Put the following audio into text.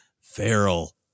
feral